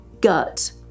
gut